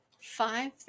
Five